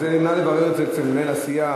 סטלמך,